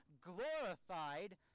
glorified